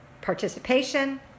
participation